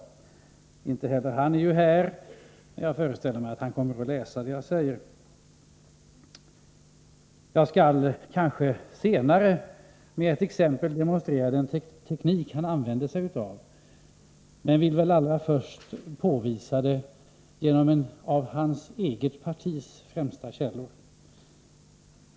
Inte heller han är här, men jag föreställer mig att han kommer att läsa det jag nu säger. Jag skall senare med ett exempel demonstrera den teknik han använde sig av, men jag vill allra först visa det genom att hänvisa till en av hans eget partis främsta källor.